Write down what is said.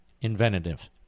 inventive